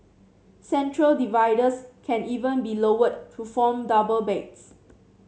central dividers can even be lowered to form double beds